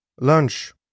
Lunch